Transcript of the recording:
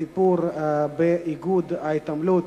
הסיפור באיגוד ההתעמלות.